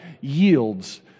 yields